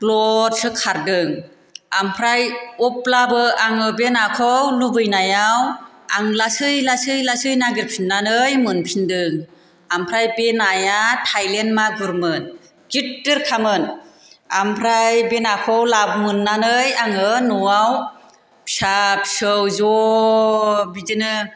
ब्लथसो खारदों आमफ्राय अब्लाबो आङो बे नाखौ लुबैनायाव आं लासै लासै लासै नागिरफिनानै मोनफिनदों आमफ्राय बे नाया थाइलेन मागुरमोन गिदिरखामोन आमफ्राय बे नाखौ ला मोन्नानै आङो न'आव फिसा फिसौ ज' बिदिनो